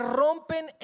rompen